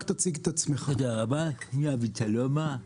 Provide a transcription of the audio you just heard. תודה רבה, אני אבי סלומה,